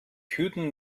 hüten